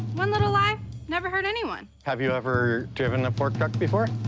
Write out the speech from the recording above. one little lie never hurt anyone. have you ever driven a fork truck before?